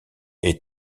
est